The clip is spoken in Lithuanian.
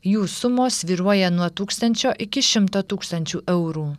jų sumos svyruoja nuo tūkstančio iki šimto tūkstančių eurų